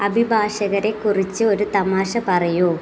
അഭിഭാഷകരെ കുറിച്ച് ഒരു തമാശ പറയൂ